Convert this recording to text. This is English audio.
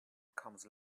comes